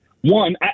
One